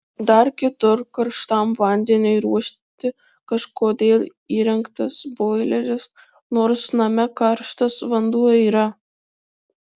dar kitur karštam vandeniui ruošti kažkodėl įrengtas boileris nors name karštas vanduo yra